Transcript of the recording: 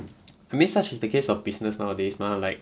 I mean such is the case of business nowadays mah like